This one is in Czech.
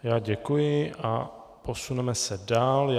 Já děkuji a posuneme se dál.